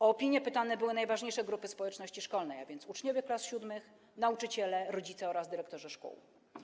O opinię pytane były najważniejsze grupy społeczności szkolnej, a więc uczniowie klas VII, nauczyciele, rodzice oraz dyrektorzy szkół.